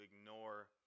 ignore